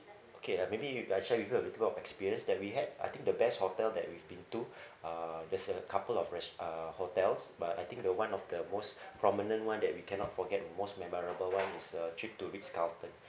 okay uh maybe you I share with her with one of the experience that we had I think the best hotel that we've been to uh there's a couple of res~ uh hotels but I think the one of the most prominent one that we cannot forget most memorable one is a trip to Ritz Carlton